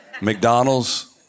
McDonald's